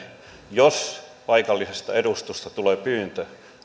jos paikallisesta edustustosta tulee pyyntö